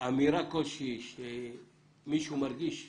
אמירה כלשהי שמישהו מרגיש מאוים,